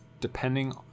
depending